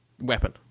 weapon